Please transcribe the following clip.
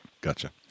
gotcha